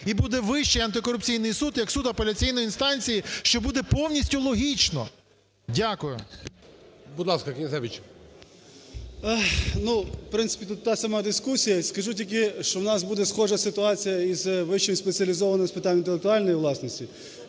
і буде Вищий антикорупційний суд як суд апеляційної інстанції, що буде повністю логічно. Дякую. ГОЛОВУЮЧИЙ. Будь ласка, Князевич. 11:50:29 КНЯЗЕВИЧ Р.П. Ну, в принципі, тут та сама дискусія. Скажу тільки, що у нас буде схожа ситуація із Вищим спеціалізованим з питань інтелектуальної власності,